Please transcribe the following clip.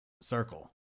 circle